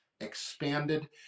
expanded